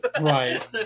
Right